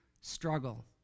struggle